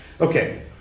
Okay